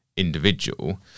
individual